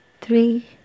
three